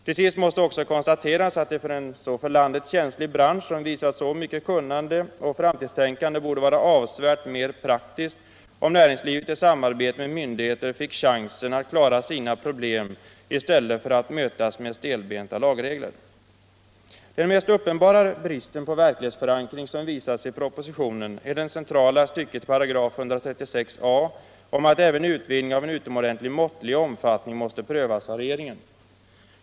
Till sist måste det också konstateras att det, när det gäller en för landet så känslig bransch, som visat så mycket kunnande och framtidstänkande, borde vara avsevärt mer praktiskt om näringslivet i samarbete med myndigheter fick chansen att klara sina problem i stället för att mötas med stelbenta lagregler. Den mest uppenbara bristen på verklighetsförankring som visas i propositionen är det centrala stycket i 136 a § om att även utvidgning av en utomordentligt måttlig omfattning måste prövas av regeringen.